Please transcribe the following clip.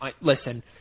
Listen